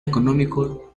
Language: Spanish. económicos